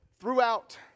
throughout